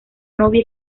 novia